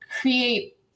create